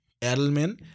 Edelman